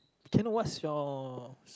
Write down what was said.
can I know what's your